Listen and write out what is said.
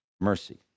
mercy